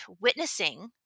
witnessing